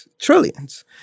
trillions